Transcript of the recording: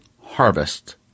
harvest